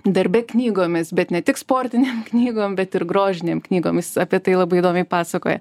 darbe knygomis bet ne tik sportinėm knygom bet ir grožinėm knygom jis apie tai labai įdomiai pasakoja